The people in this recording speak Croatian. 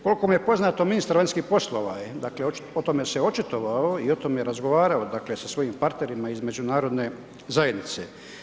Koliko mi je poznato, ministar vanjskih poslova je dakle, o tome se očitovao i o tome je razgovarao sa svojim partnerima iz međunarodne zajednice.